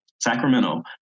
Sacramento